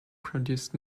produced